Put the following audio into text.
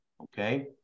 Okay